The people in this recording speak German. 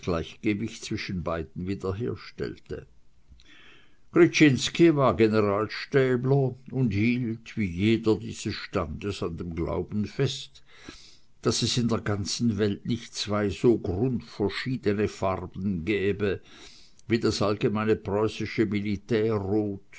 gleichgewicht zwischen beiden wiederherstellte gryczinski war generalstäbler und hielt wie jeder dieses standes an dem glauben fest daß es in der ganzen welt nicht zwei so grundverschiedene farben gäbe wie das allgemeine preußische